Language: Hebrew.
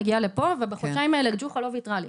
מגיעה לפה ובחודשיים האלה ג'וחא לא ויתרה לי.